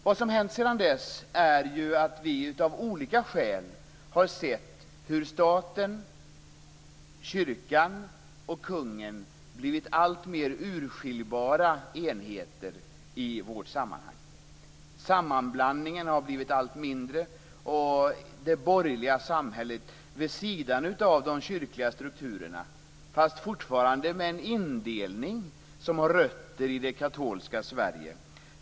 Vad som hänt sedan dess är ju att vi av olika skäl har sett hur staten, kyrkan och kungen blivit alltmer urskiljbara enheter i vårt samhälle. Sammanblandningen har blivit allt mindre. Det borgerliga samhället har, vid sidan av de kyrkliga strukturerna, fortfarande en indelning som har rötter i det katolska Sverige.